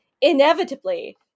inevitably